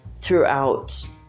throughout